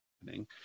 happening